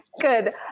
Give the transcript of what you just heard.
Good